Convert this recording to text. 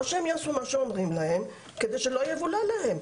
או שהם יעשו מה שאומרים להם כדי שלא יבולע להם,